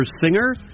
Singer